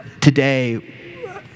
today